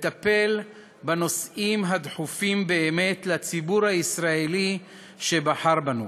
לטפל בנושאים הדחופים באמת לציבור הישראלי שבחר בנו.